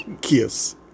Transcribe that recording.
Kiss